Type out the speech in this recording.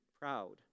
proud